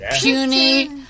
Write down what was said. Puny